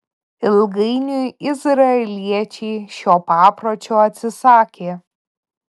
ilgainiui izraeliečiai šio papročio atsisakė